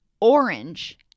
orange